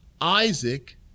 Isaac